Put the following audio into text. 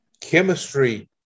chemistry